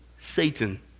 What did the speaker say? Satan